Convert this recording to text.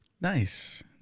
Nice